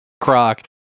Croc